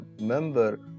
member